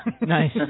nice